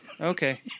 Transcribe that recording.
Okay